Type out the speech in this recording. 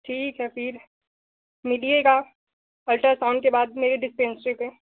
ठीक है फिर मिलिएगा अल्ट्रासाउंड के बाद मेरी डिस्पेंसरी पर